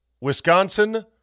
Wisconsin